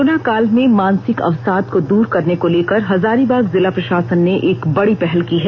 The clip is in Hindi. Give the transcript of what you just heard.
कोरोना काल में मानसिक अवसाद को दूर करने को लेकर हजारीबाग जिला प्रशासन ने एक बड़ी पहल की है